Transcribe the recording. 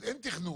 אז אין תכנון,